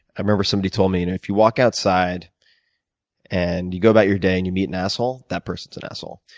i remember somebody told me and if you walk outside and you go about your day and you meet an asshole, that person's an asshole.